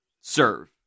Serve